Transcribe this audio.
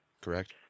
correct